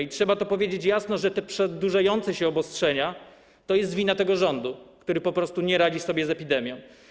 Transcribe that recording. I trzeba to powiedzieć jasno, że te przedłużające się obostrzenia to jest wina tego rządu, który po prostu nie radzi sobie z epidemią.